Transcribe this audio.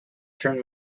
turn